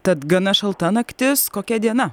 tad gana šalta naktis kokia diena